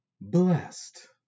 Blessed